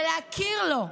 ולהכיר לו,